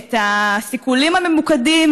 את הסיכולים הממוקדים,